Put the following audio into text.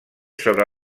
sobre